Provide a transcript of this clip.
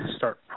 start